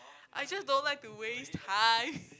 I just don't like to waste time